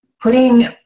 putting